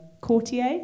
courtier